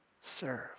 serve